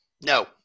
no